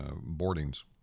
boardings